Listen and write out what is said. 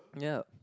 yup